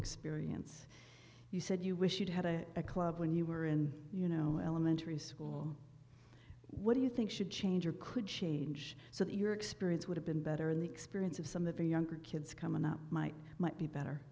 experience you said you wish you'd had a club when you were in you know elementary school what do you think should change or could change so that your experience would have been better in the experience of some of the younger kids coming up my might be better